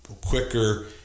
quicker